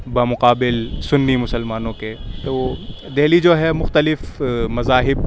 بامقابل سنی مسلمانوں کے تو دہلی جو ہے مختلف مذاہب